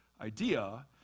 idea